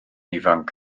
ifanc